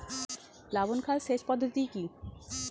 প্লাবন খাল সেচ পদ্ধতি কি?